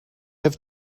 have